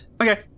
okay